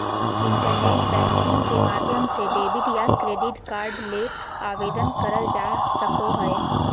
internet banking के माध्यम से डेबिट या क्रेडिट कार्ड ले आवेदन करल जा सको हय